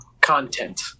content